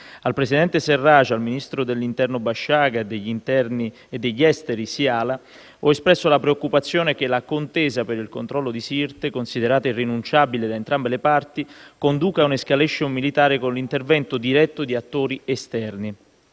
Al presidente Sarraj, al ministro dell'interno Bashagha e al ministro degli esteri Siala ho espresso la preoccupazione che la contesa per il controllo di Sirte, considerata irrinunciabile da entrambe le parti, conduca a un'*escalation* militare, con l'intervento diretto di attori esterni,